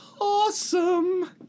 Awesome